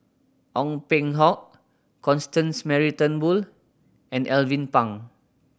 Ong Peng Hock Constance Mary Turnbull and Alvin Pang